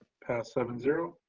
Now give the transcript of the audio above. passed seven zero.